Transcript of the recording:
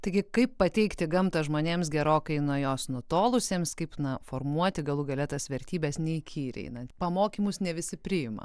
taigi kaip pateikti gamtą žmonėms gerokai nuo jos nutolusiems kaip na formuoti galų gale tas vertybes neįkyriai na pamokymus ne visi priima